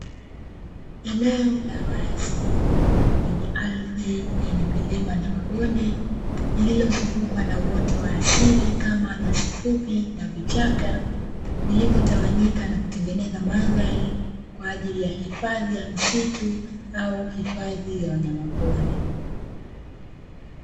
Eneo la wazi lenye ardhi yenye milima na mabondelilozungukwa na uoto wa asili kama nyasi fupi na vichaka vilivotawanyika kutengeneza sehemu ya msitu au hifadhi ya wanyama pori